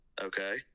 Okay